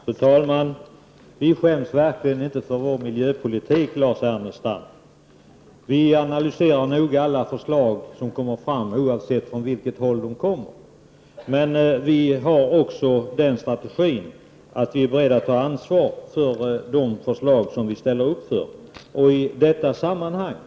Fru talman! Vi moderater skäms verkligen inte för vår miljöpolitik, Lars Ernestam. Vi analyserar noga alla förslag som läggs fram, oavsett från vilket håll de kommer. Men i vår strategi ingår också att vi är beredda att ta ansvar för de förslag som vi ställer oss bakom.